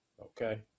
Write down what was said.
Okay